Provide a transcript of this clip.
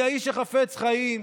"מי האיש החפץ חיים,